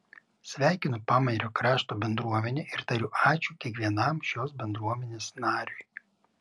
sveikinu pamario krašto bendruomenę ir tariu ačiū kiekvienam šios bendruomenės nariui